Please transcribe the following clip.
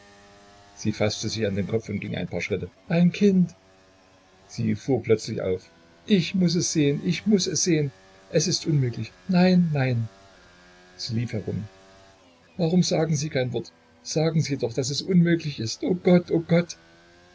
sie faßte sich an den kopf und ging ein paar schritte ein kind sie fuhr plötzlich auf ich muß es sehen ich muß es sehen es ist unmöglich nein nein sie lief herum warum sagen sie kein wort sagen sie doch daß es unmöglich ist o gott o gott